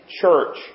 church